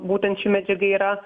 būtent ši medžiaga yra